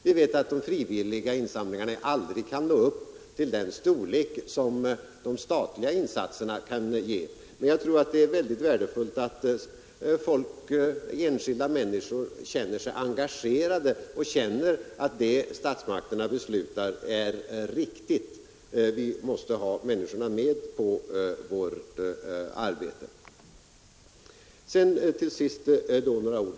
Vi vet att frivilliga insamlingar aldrig kan nå upp till den storlek som de statliga insatserna kan ge, men jag tror att det är väldigt värdefullt att enskilda människor känner sig engagerade och känner att det som statsmakterna beslutar är riktigt. Vi måste ha människorna med på vårt arbete. N Tisdagen den besked som utrikesministern gav.